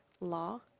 law